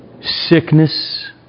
sickness